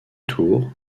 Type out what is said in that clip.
tour